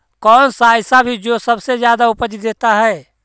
कौन सा ऐसा भी जो सबसे ज्यादा उपज देता है?